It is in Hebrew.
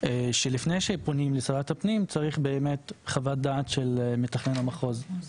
לפני שפונים לשרת הפנים צריך חוות דעת של מתכנן המחוז.